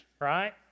right